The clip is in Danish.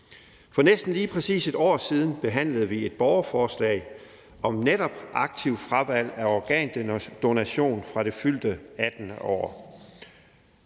For næsten lige præcis et år siden behandlede vi et borgerforslag om netop aktivt fravalg af organdonation fra det fyldte 18. år.